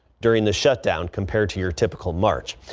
during the shutdown compared to your typical march.